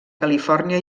califòrnia